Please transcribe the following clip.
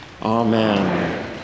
Amen